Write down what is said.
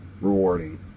rewarding